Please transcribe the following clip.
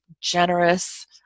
generous